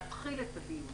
להתחיל את הדיון.